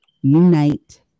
Unite